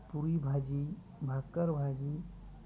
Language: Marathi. पुरी भाजी भाकर भाजी